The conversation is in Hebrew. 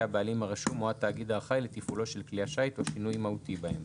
הבעלים הרשום או התאגיד האחראי לתפעולו של כלי השיט או שינוי מהותי בהם,